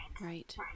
Right